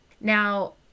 Now